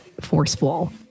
forceful